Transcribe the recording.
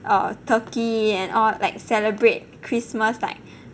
err turkey and all like celebrate christmas like